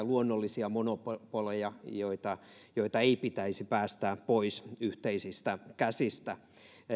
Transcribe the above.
luonnollisia monopoleja joita joita ei pitäisi päästää pois yhteisistä käsistä